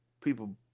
people